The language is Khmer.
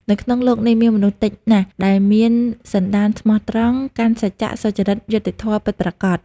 នៅក្នុងលោកនេះ មានមនុស្សតិចណាស់ដែលមានសន្ដានស្មោះត្រង់ កាន់សច្ចៈ សុចរិត យុត្តិធម៌ ពិតប្រាកដ។